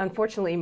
unfortunately